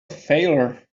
failure